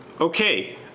Okay